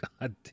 God